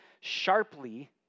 sharply